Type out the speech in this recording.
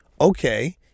okay